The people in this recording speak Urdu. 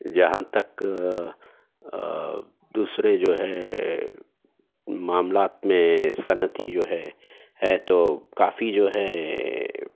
جہاں تک دوسرے جو ہے معاملات میں صنعتی جو ہے ہے تو کافی جو ہے